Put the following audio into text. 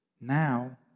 Now